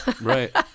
Right